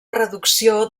reducció